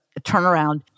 turnaround